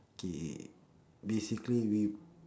K basically we